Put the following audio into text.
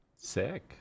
Sick